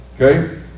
Okay